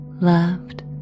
loved